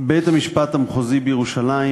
בית-המשפט המחוזי בירושלים,